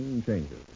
changes